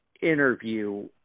interview